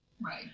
Right